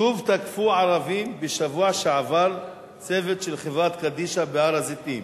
שוב תקפו ערבים צוות של חברה קדישא בהר-הזיתים,